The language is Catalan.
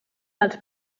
dels